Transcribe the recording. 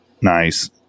Nice